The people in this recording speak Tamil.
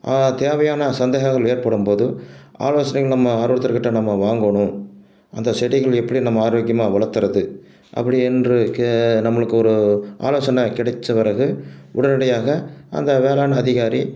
தேவையான சந்தேகங்கள் ஏற்படும்போதும் ஆலோசனைகள் நம்ம யாரோ ஒருத்தர் கிட்டே நம்ம வாங்கணும் அந்த செடிகள் எப்படியும் நம்ம ஆரோக்கியமாக வளர்த்துறது அப்படி என்று க நம்மளுக்கு ஒரு ஆலோசனை கிடச்சி பிறகு உடனடியாக அந்த வேளாண் அதிகாரி